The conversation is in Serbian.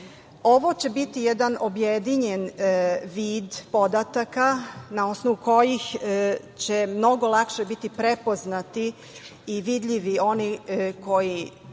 će biti jedan objedinjen vid podataka na osnovu kojih će mnogo lakše biti prepoznati i vidljivi oni koji